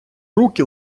руки